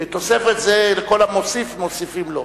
תוספת זה לכל המוסיף, מוסיפים לו.